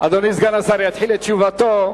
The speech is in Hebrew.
אדוני סגן השר יתחיל את תשובתו,